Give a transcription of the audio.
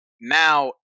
Now